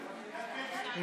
בבקשה.